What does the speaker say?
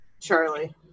Charlie